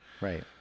right